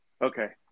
Okay